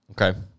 Okay